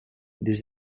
des